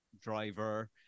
driver